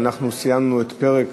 אנחנו סיימנו את פרק